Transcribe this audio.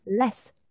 less